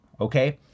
okay